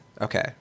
okay